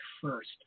first